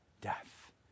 death